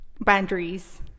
boundaries